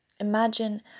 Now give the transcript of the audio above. Imagine